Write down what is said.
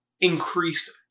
increased